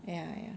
ya ya